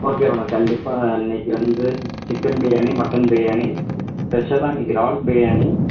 okay madam கண்டிப்பாக இன்றைக்கி வந்து சிக்கன் பிரியாணி மட்டன் பிரியாணி ஸ்பெஷலாக இன்றைக்கி இறால் பிரியாணி